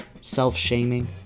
self-shaming